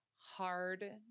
hard